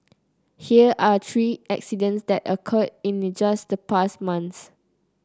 here are three accidents that occurred in just the past month